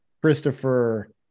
Christopher